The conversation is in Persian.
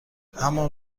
همان